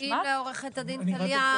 או אם לעורכת הדין טליה,